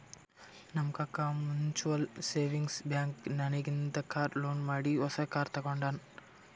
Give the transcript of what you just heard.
ನಮ್ ಕಾಕಾ mutual savings bank ನಾಗಿಂದೆ ಕಾರ್ ಲೋನ್ ಮಾಡಿ ಹೊಸಾ ಕಾರ್ ತಗೊಂಡಾನ್